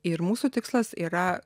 ir mūsų tikslas yra